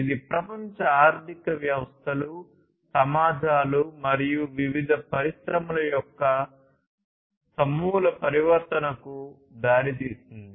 ఇది ప్రపంచ ఆర్థిక వ్యవస్థలు సమాజాలు మరియు వివిధ పరిశ్రమల యొక్క సమూల పరివర్తనకు దారితీసింది